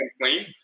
clean